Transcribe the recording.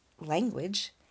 language